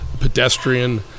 pedestrian